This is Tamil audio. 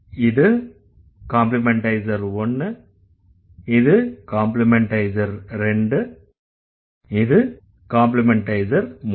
இது காம்ப்ளிமண்டைசர் 1 இது காம்ப்ளிமண்டைசர் 2 இது காம்ப்ளிமண்டைசர் 3